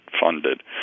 funded